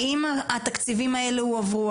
האם התקציבים האלה הועברו,